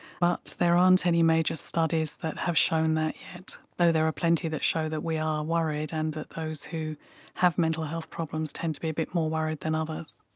but there aren't any major studies that have shown that yet, though there are plenty that show that we are worried and that those who have mental health problems tend to be a bit more worried than others.